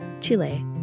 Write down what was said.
Chile